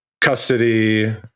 custody